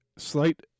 Slight